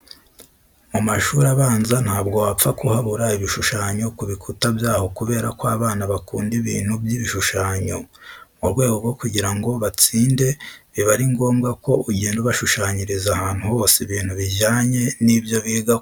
Mu mashuri abanza ntabwo wapfa kuhabura ibishushanyo ku bikuta byaho kubera ko abana bakunda ibintu by'ibishushanyo. Mu rwego rwo kugira ngo batsinde, biba ari ngombwa ko ugenda ubashushanyiriza ahantu hose ibintu bijyanye n'ibyo biga kugira ngo bajye bahora babireba maze babifate vuba.